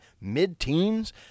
mid-teens